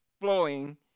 flowing